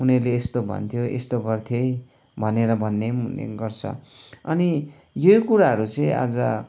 उनीहरूले यस्तो भन्थ्यो यस्तो गर्थ्यो है भनेर भन्ने पनि हुने गर्छ अनि यो कुराहरू चाहिँ आज